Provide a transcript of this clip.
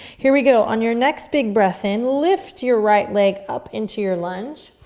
here we go. on your next big breath in, lift your right leg up into your lunge,